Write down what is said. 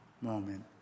moment